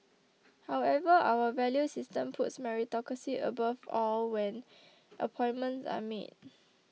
however our value system puts meritocracy above all when appointments are made